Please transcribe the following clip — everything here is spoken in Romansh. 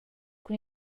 cun